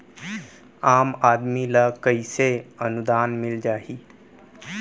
आम आदमी ल कइसे अनुदान मिल जाही?